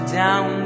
down